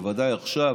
ובוודאי עכשיו,